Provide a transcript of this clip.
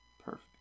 Perfect